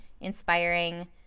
inspiring